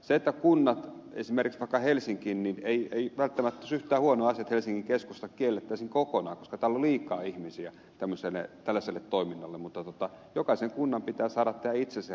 se että kunnat voisivat kieltää esimerkiksi vaikka helsinki niin ei välttämättä olisi yhtään huono asia että helsingin keskustassa kiellettäisiin kokonaan koska täällä on liikaa ihmisiä tällaiselle toiminnalle mutta jokaisen kunnan pitää saada tehdä itse se ratkaisu